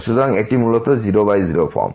সুতরাং এটি মূলত 00 ফর্ম